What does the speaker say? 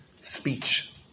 speech